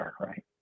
right